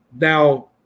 Now –